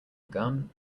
gun